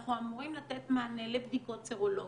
אנחנו אמורים לתת מענה לבדיקות סרולוגיות,